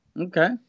Okay